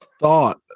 thought